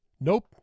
Nope